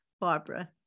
Barbara